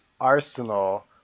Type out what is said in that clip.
arsenal